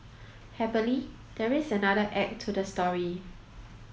happily there is another act to the story